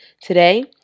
Today